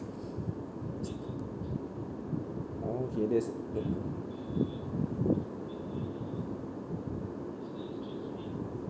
okay that's good